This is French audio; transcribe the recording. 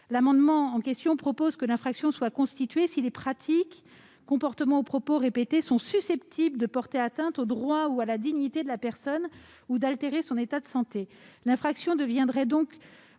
amendements proposent que l'infraction soit constituée si des pratiques, comportements ou propos répétés sont « susceptibles » de porter atteinte aux droits ou à la dignité de la personne et d'altérer son état de santé. L'infraction deviendrait donc